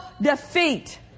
defeat